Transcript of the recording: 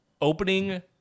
Opening